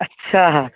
अच्छा